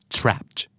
trapped